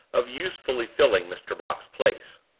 of usefully filling mr. brock's place.